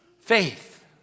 faith